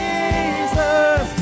Jesus